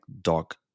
dark